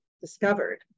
discovered